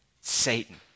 Satan